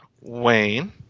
Wayne